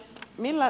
puhemies